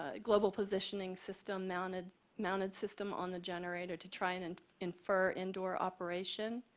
ah global positioning system, mounted mounted system on the generator to try and and infer indoor operation